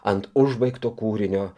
ant užbaigto kūrinio